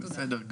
בסדר.